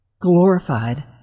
glorified